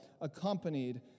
accompanied